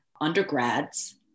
undergrads